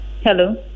Hello